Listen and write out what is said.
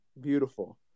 Beautiful